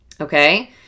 Okay